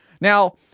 Now